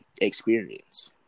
experience